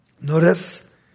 notice